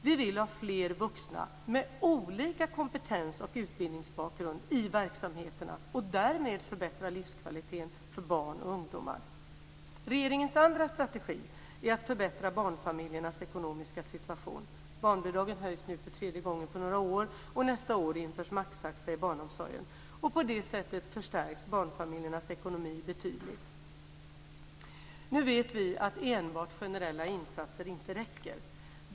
Vi vill ha fler vuxna med olika kompetens och utbildningsbakgrund i verksamheterna och därmed förbättra livskvaliteten för barn och ungdomar. Regeringens andra strategi är att förbättra barnfamiljernas ekonomiska situation. Barnbidragen höjs nu för tredje gången på några år, och nästa år införs maxtaxa i barnomsorgen. På det sättet förstärks barnfamiljernas ekonomi betydligt. Nu vet vi ju att enbart generella insatser inte räcker.